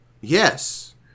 Yes